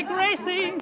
Gracie